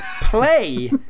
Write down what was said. play